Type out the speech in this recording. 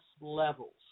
levels